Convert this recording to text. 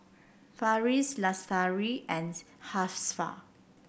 Farish Lestari and Hafsa